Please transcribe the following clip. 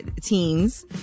teams